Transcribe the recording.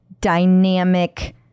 dynamic